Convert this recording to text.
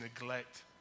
neglect